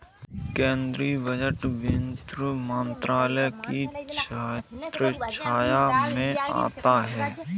केंद्रीय बजट वित्त मंत्रालय की छत्रछाया में आता है